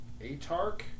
Atark